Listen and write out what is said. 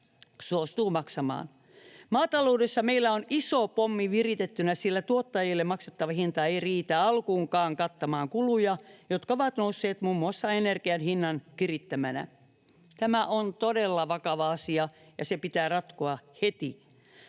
suostuu maksamaan. Maataloudessa meillä on iso pommi viritettynä, sillä tuottajille maksettava hinta ei riitä alkuunkaan kattamaan kuluja, jotka ovat nousseet muun muassa energian hinnan kirittämänä. Tämä on todella vakava asia, ja se pitää ratkoa heti.